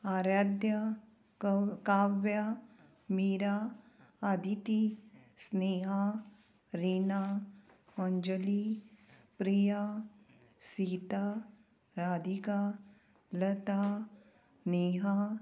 Aaradhya Kavya Meera Aditi Sneha Rina Anjali Priya Sita Radhika Lata Neha